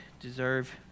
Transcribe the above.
deserve